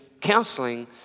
counseling